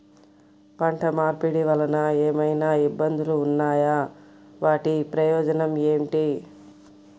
పంట మార్పిడి వలన ఏమయినా ఇబ్బందులు ఉన్నాయా వాటి ప్రయోజనం ఏంటి?